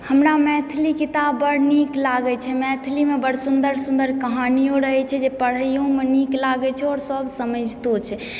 हमरा मैथिली किताब बड्ड नीक लागै छै मैथिली मे बड्ड सुन्दर सुन्दर कहानियो रहै छै जे पढ़ेयौ मे नीक लागै छै आओर सब समैझतौ छै